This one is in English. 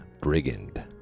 Brigand